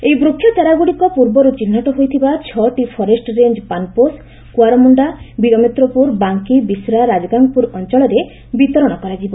ଏହି ବୃକ୍ଷଚାରାଗୁଡିକୁ ପୂର୍ବରୁ ଚିହ୍ନଟ ହୋଇଥ୍ବା ଛଅଟି ଫରେଷ୍ଟ ରେଞ ଯଥା ପାନପୋଷ କୁଆଁରମୁଣ୍ଡା ବିରମିତ୍ରପୁର ବାଙ୍କି ବିଶ୍ରା ରାଜଗାଙ୍ଗପୁର ଅଞ୍ଞଳରେ ବିତରଶ କରାଯିବ